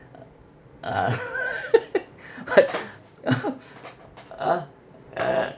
ah what ah uh